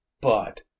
But